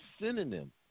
synonym